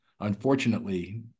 unfortunately